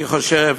אני חושב